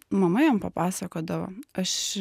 mama jam papasakodavo aš